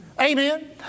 Amen